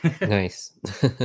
Nice